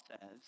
says